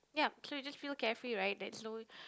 ya so you just feel carefree right there's no